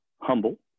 Humble